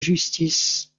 justice